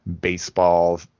baseball